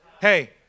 Hey